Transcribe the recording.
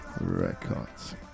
records